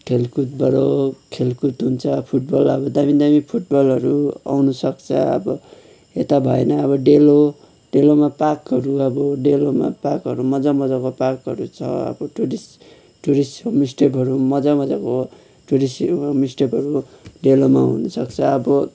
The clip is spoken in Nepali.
खेलकुदबाट खेलकुद हुन्छ फुटबल अब दामी दामी फुटबलहरू आउन सक्छ अब यता भएन अब डेलो डेलोमा पार्कहरू अब डेलोमा पार्कहरू मजा मजाको छ पार्कहरू छ अब टुरिस्ट टुरिस्ट होमस्टेहरू मजाको मजाको टुरिस्ट होमस्टेकहरू डेलोमा हुनसक्छ अब